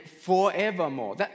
forevermore